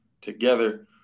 together